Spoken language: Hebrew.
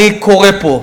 ואני קורא פה,